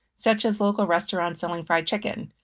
such as local restaurants selling fried chicken.